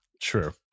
True